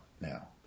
now